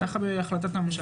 ככה בהחלטת הממשלה.